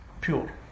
pure